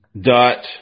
Dot